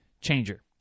changer